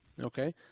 okay